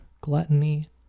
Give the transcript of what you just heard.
gluttony